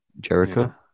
Jericho